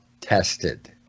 tested